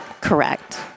Correct